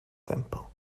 temple